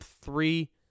Three